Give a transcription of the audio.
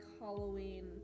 Halloween